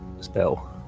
spell